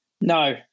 No